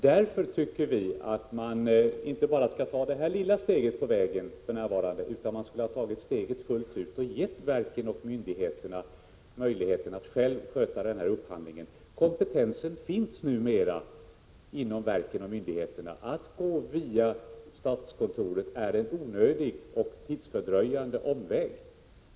Därför tycker vi att man nu inte bara borde ta det här lilla steget på vägen utan ta steget fullt ut och ge verken och myndigheterna möjligheten att själva sköta upphandlingen. Kompetensen finns numera inom verken och myndigheterna. Att gå via statskontoret är en onödig och fördröjande omväg.